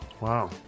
Wow